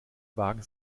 wagen